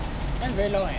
then very long eh